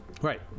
Right